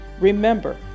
remember